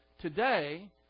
Today